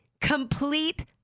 complete